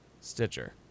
Stitcher